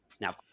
Now